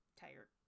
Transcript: tired